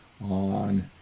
on